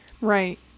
right